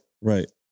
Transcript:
Right